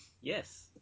Yes